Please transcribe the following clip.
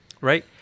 right